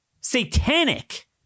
Satanic